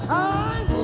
time